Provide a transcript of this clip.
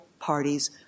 parties